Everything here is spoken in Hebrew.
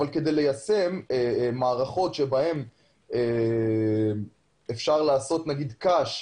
אבל כדי ליישם מערכות שאפשר לעשות נגיד קש,